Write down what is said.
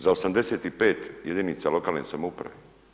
Za 85 jedinica lokalne samouprave.